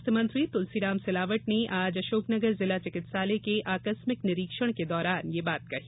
स्वास्थ्य मंत्री तुलसीराम सिलावट ने आज अशोकनगर जिला चिकित्सालय के आकस्मिक निरीक्षण के दौरान यह बात कही